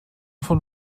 von